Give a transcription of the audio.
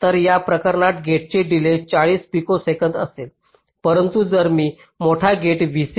तर या प्रकरणात गेटचे डिलेज 40 पिकोसेकंद असेल परंतु जर मी मोठा गेट vC